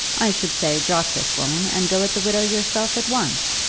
i should say, drop this woman, and go at the widow yourself at once.